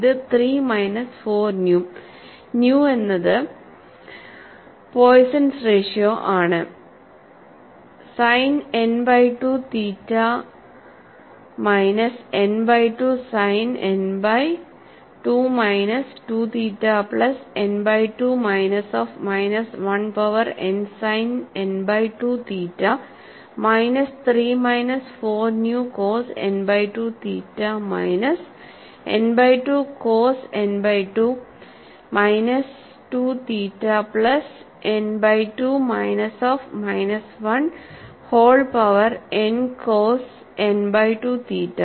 ഇത് 3 minus 4 nu nu എന്നത് Poisson's ratio ആണ് sine n by 2 theta minus n by 2 sine n by 2മൈനസ് 2 theta plus n by 2 minus of minus 1 power n sine n by 2 theta minus 3 minus 4 nu cos n by 2 theta minus n by 2 cos n by 2 minus 2 theta plus n by 2 minus of minus 1 whole power n cos n by 2 theta